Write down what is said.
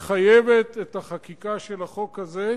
מחייבת את החקיקה של החוק הזה,